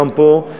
גם פה,